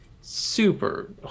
Super